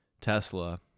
Tesla